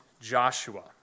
Joshua